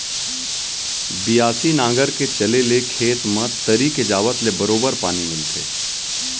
बियासी नांगर के चले ले खेत म तरी के जावत ले बरोबर पानी मिलथे